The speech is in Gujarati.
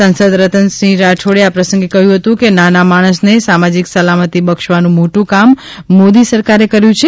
સાંસદ રતનસિંહ રાઠોડે આ પ્રસંગે કહ્યું હતું કે નાના માણસ ને સામાજિક સલામતી બક્ષવાનું મોટું કામ મોદી સરકારે કર્યું છે